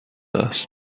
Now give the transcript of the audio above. است